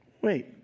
Wait